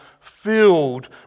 filled